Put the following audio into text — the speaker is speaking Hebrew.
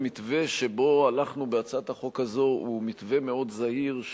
המתווה שבו הלכנו בהצעת החוק הזאת הוא מתווה מאוד זהיר,